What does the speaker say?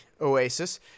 oasis